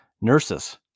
nurses